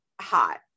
hot